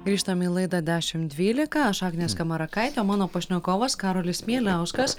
grįžtam į laidą dešim dvylika aš agnė skamarakaitė o mano pašnekovas karolis mieliauskas